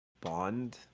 bond